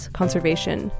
Conservation